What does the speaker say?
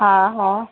हा हा